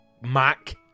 mac